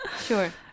Sure